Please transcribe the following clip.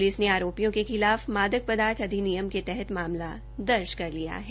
police ने आरोपियों के खिलाफ मादक पदार्थ अधिनियम के तहत मामला दर्ज किया है